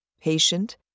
Patient